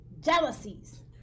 jealousies